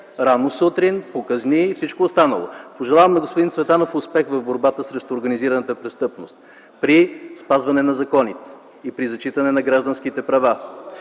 рано сутрин и всичко останало. Пожелавам на господин Цветанов успех в борбата срещу организираната престъпност при спазване на законите и при зачитане на гражданските права.